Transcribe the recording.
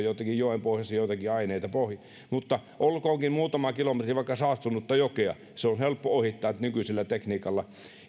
joenpohjassa on joitakin aineita mutta olkoonkin muutama kilometri vaikka saastunutta jokea se on helppo ohittaa nykyisellä tekniikalla jos